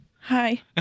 hi